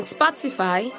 Spotify